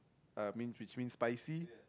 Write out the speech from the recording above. uh means which means spicy